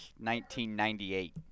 1998